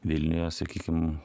vilniuje sakykim